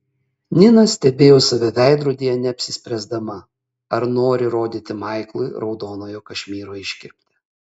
nina stebėjo save veidrodyje neapsispręsdama ar nori rodyti maiklui raudonojo kašmyro iškirptę